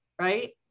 right